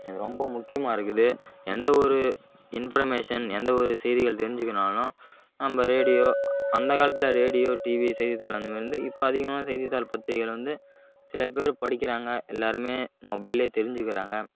இது ரொம்ப முக்கியமாக இருக்குது எந்தவொரு இன்ஃப்ரமேஷன் எந்தவொரு செய்திகள் தெரிஞ்சிக்கணும்னாலும் நம்ம ரேடியோ அந்த காலத்தில் ரேடியோ டிவி செய்தித்தாள் அந்தமாரி வந்து இப்போ அதிகமாக செய்தித்தாள் பத்திரிக்கையில் வந்து சில பேர் படிக்கிறாங்க எல்லோருமே மொபைல்லேயே தெரிஞ்சுக்கிறாங்க